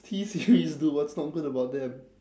T series dude what's not good about them